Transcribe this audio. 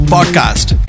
Podcast